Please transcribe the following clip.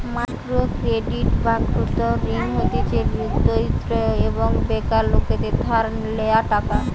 micro credit বা ক্ষুদ্র ঋণ হতিছে দরিদ্র এবং বেকার লোকদের ধার লেওয়া টাকা